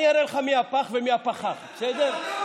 אני אראה לך מי הפח ומי הפחח, בסדר?